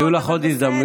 יהיו לך עוד הזדמנויות.